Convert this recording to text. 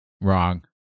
Wrong